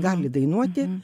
gali dainuoti